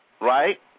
right